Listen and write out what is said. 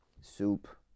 Soup